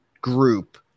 group